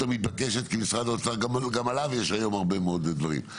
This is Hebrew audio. המתבקשת כי משרד האוצר גם עליו יש היום הרבה מאוד דברים.